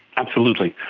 absolutely.